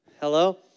Hello